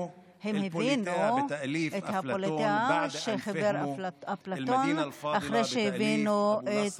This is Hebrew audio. הם הבינו את הפוליטיאה שחיבר אפלטון אחרי שהבינו את